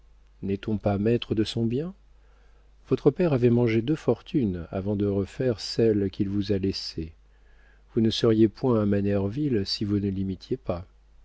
n'est-on pas maître de son bien votre père avait mangé deux fortunes avant de refaire celle qu'il vous a laissée vous ne seriez point un manerville si vous ne l'imitiez pas